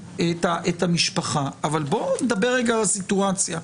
אין לי בעיה, אבל בוא נדבר רגע על הסיטואציה.